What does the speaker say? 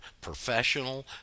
professional